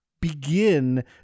begin